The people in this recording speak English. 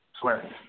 swear